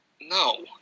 No